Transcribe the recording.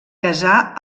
casà